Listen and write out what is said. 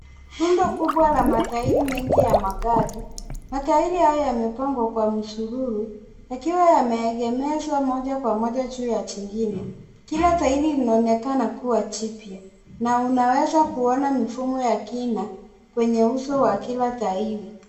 Rundo kubwa la matairi mengi ya magari. Matairi hayo yamepangwa kwa msururu yakiwa yameegemezwa moja kwa moja juu ya jingine. Kila tairi linaonekana kuwa jipya na unaweza kuona mifumo ya kina kwenye uso wa kila tairi.